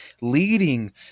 leading